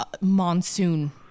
monsoon